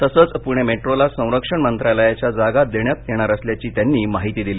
तसंच पूणे मेट्रोला संरक्षण मंत्रालयाच्या जागा देण्यात येणार असल्याची त्यांनी माहिती दिली